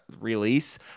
release